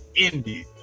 indie